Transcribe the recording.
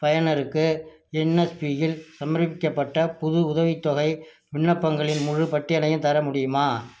பயனருக்கு என்எஸ்பி யில் சமர்ப்பிக்கப்பட்ட புது உதவித் தொகை விண்ணப்பங்களின் முழுப் பட்டியலையும் தர முடியுமா